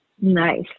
Nice